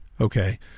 Okay